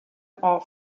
our